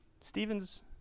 Stephen's